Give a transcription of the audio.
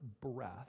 breath